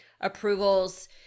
approvals